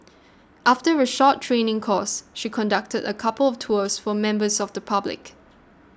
after a short training course she conducted a couple of tours for members of the public